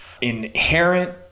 inherent